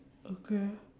okay